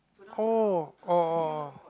cool oh oh oh